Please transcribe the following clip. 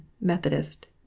Methodist